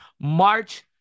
March